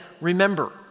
remember